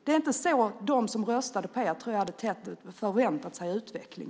Jag tror inte att de som röstade på er hade förväntat sig denna utveckling.